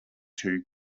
two